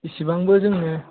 इसिबांबो जोङो